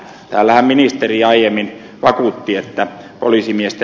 täällähän ministeri aiemmin vakuutti että poliisimiestä